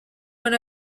one